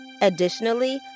Additionally